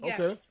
Okay